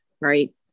right